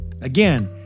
Again